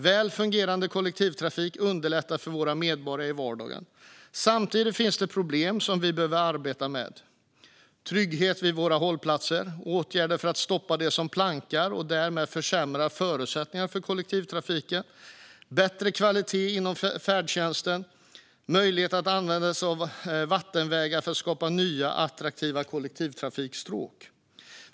Väl fungerande kollektivtrafik underlättar för våra medborgare i vardagen. Samtidigt finns problem som vi behöver arbeta med, till exempel tryggheten vid hållplatser, åtgärder för att stoppa dem som "plankar" och därmed försämrar förutsättningarna för kollektivtrafiken, bättre kvalitet inom färdtjänsten och möjligheter att använda sig av vattenvägar för att skapa nya attraktiva kollektivtrafikstråk.